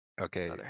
Okay